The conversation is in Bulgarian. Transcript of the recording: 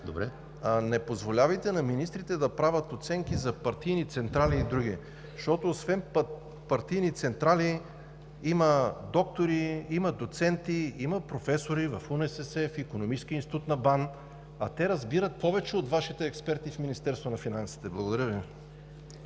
Не позволявайте на министрите да правят оценки за партийни централи и други. Защото освен партийни централи, има доктори, има доценти, има професори в УНСС, в Икономическия институт на БАН, а те разбират повече от Вашите експерти в Министерството на финансите. Благодаря Ви.